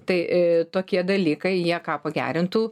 tai e tokie dalykai jie ką pagerintų